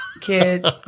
kids